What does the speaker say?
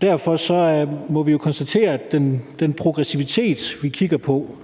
Derfor må vi jo konstatere, at den progressivitet, vi kigger på,